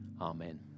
Amen